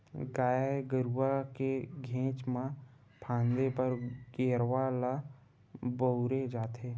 गाय गरुवा के घेंच म फांदे बर गेरवा ल बउरे जाथे